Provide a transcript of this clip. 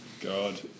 God